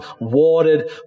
watered